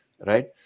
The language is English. right